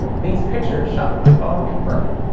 these pictures shot with my phone confirm it.